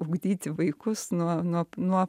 ugdyti vaikus nuo nuo nuo